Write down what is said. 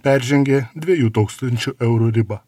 peržengė dviejų tūkstančių eurų ribą